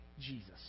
Jesus